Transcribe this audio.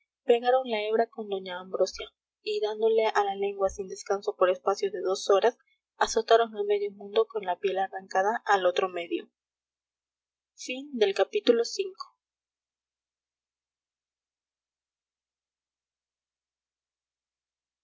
pegaron la hebra con doña ambrosia y dándole a la lengua sin descanso por espacio de dos horas azotaron a medio mundo con la piel arrancada al otro medio